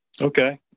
okay